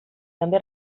també